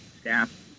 staff